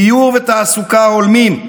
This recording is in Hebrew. דיור ותעסוקה הולמים.